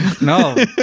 No